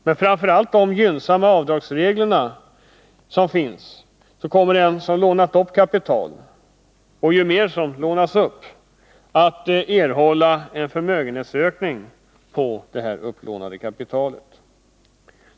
Framför allt med tanke på de gynnsamma avdragsregler som finns kommer den som lånat upp kapital att erhålla en förmögenhetsökning på detta upplånade kapital — större ju mer som lånas upp.